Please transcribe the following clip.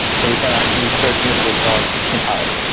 so we can actually search multiple shards in parallel.